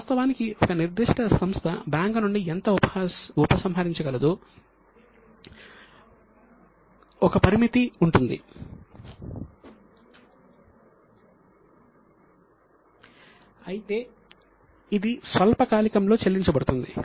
వాస్తవానికి ఒక నిర్దిష్ట సంస్థ బ్యాంకు నుండి ఎంత ఉపసంహరించగలదో ఒక పరిమితి ఉంటుంది అయితే ఇది స్వల్పకాలికంలో చెల్లించబడుతుంది